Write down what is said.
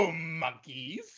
monkeys